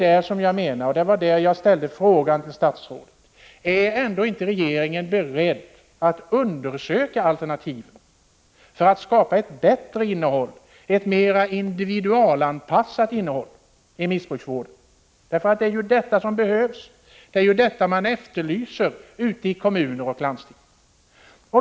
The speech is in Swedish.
Det var därför jag ställde frågan till statsrådet: Är regeringen ändå inte beredd att undersöka alternativen för att skapa ett bättre innehåll, ett mer individualanpassat innehåll, i missbrukarvården? Det är ju det som behövs och som efterlyses ute i kommuner och landsting.